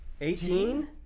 Eighteen